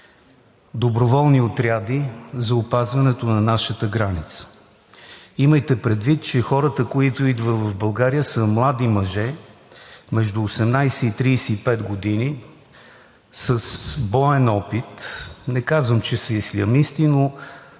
доброволни отряди, за опазването на нашата граница? Имайте предвид, че хората, които идват в България, са млади мъже между 18 и 35 години, с боен опит – не казвам, че са ислямисти, но